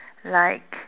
like